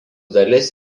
dalis